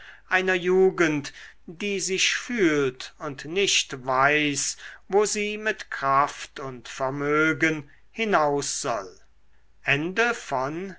einer jugend die sich fühlt und nicht weiß wo sie mit kraft und vermögen hinaus soll